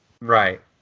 Right